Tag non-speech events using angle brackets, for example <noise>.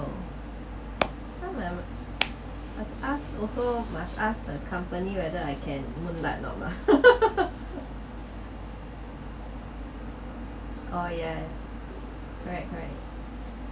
<noise> must ask also must ask a company whether I can <laughs> oh yes correct correct